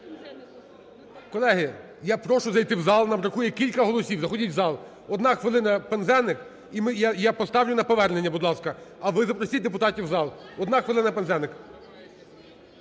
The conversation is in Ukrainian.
Колеги, я прошу зайти в зал. Нам бракує кілька голосів. Заходьте в зал. Одна хвилина – Пинзеник. І я поставлю на повернення, будь ласка. А ви запросіть депутатів у зал. Одна хвилина, Пинзеник.